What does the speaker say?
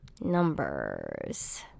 numbers